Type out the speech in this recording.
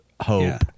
hope